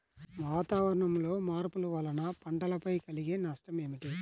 వాతావరణంలో మార్పుల వలన పంటలపై కలిగే నష్టం ఏమిటీ?